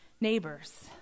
Neighbors